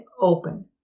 open